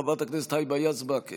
חברת הכנסת היבה יזבק,